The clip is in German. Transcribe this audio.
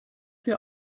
dir